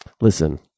Listen